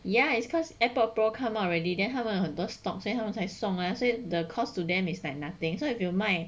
ya it's cause airpod pro come out already then 他们很多 stocks then 他们才送 ah 所以 the cost to them is like nothing so if you 卖